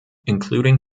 including